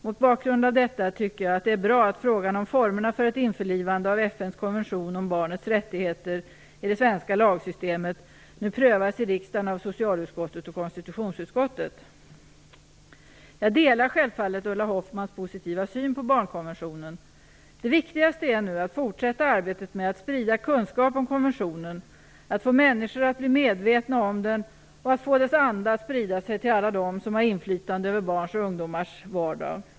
Mot bakgrund av detta tycker jag att det är bra att frågan om formerna för ett införlivande av FN:s konvention om barnens rättigheter i det svenska lagsystemet nu prövas i riksdagen av socialutskottet och konstitutionsutskottet. Jag delar självfallet Ulla Hoffmanns positiva syn på barnkonventionen. Det viktigaste är nu att fortsätta arbetet med att sprida kunskap om konventionen, att få människor att bli medvetna om den och att få dess anda att sprida sig till alla dem som har inflytande över barns och ungdomars vardag.